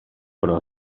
però